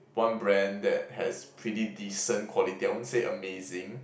one brand that has pretty decent quality I won't say amazing